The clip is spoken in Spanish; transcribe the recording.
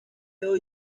hoy